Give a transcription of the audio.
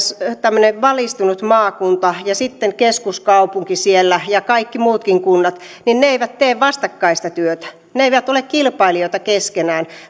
tämmöinen valistunut maakunta ja sitten keskuskaupunki siellä ja kaikki muutkin kunnat niin ne eivät tee vastakkaista työtä ne eivät ole kilpailijoita keskenään